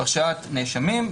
הרשעת נאשמים,